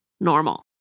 normal